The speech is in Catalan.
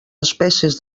espècies